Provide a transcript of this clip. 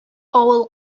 авыл